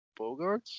Bogarts